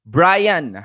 Brian